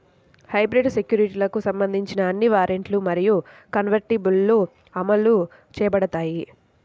hybrid సెక్యూరిటీలకు సంబంధించిన అన్ని వారెంట్లు మరియు కన్వర్టిబుల్లు అమలు చేయబడతాయి